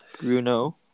Bruno